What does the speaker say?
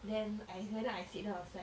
then I heard then I sit down outside